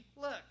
look